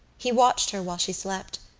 he watched her while she slept,